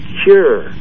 cure